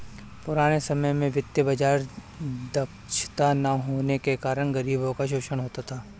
पुराने समय में वित्तीय बाजार दक्षता न होने के कारण गरीबों का शोषण होता था